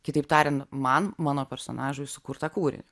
kitaip tariant man mano personažui sukurt tą kūrinį